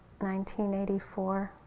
1984